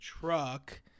truck